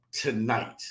tonight